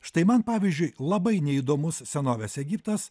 štai man pavyzdžiui labai neįdomus senovės egiptas